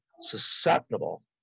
susceptible